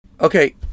Okay